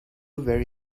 very